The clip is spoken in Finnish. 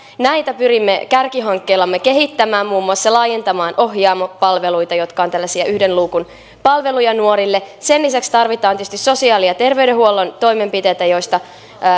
näitä pyrimme kärkihankkeillamme kehittämään muun muassa laajentamaan ohjaamo palveluita jotka ovat tällaisia yhden luukun palveluja nuorille sen lisäksi tarvitaan tietysti sosiaali ja terveydenhuollon toimenpiteitä joista